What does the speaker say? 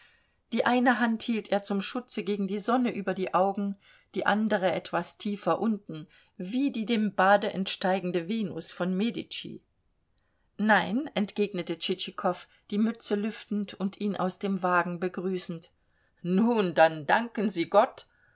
die eine hand hielt er zum schutze gegen die sonne über die augen die andere etwas tiefer unten wie die dem bade entsteigende venus von medici nein entgegnete tschitschikow die mütze lüftend und ihn aus dem wagen begrüßend nun dann danken sie gott